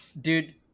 Dude